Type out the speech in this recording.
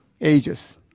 ages